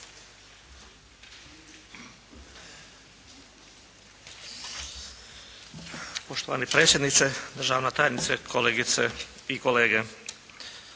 Poštovani predsjedniče, državna tajnice, kolegice i kolege.